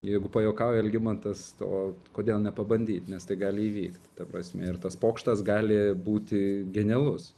jeigu pajuokauja algimantas to kodėl nepabandyt nes tai gali įvykt ta prasme ir tas pokštas gali būti genialus